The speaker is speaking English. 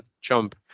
jump